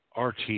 RT